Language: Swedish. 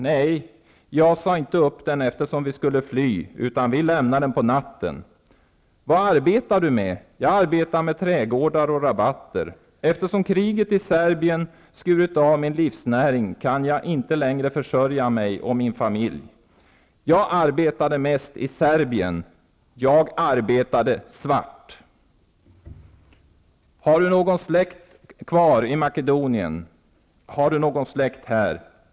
Nej, jag sade inte upp den eftersom vi skulle fly, utan vi lämnade den på natten. -- Vad arbetade du med? -- Jag arbetade med trädgårdar och rabatter. Eftersom kriget i Serbien skurit av min livsnäring, kan jag inte längre försörja mig och min familj. Jag arbetade mest i Serbien. Jag arbetade svart. -- Har du någon släkt kvar i Makedonien? Har du någon släkt här?